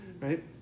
right